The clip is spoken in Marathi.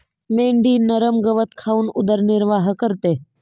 मेंढी नरम गवत खाऊन उदरनिर्वाह करते